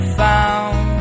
found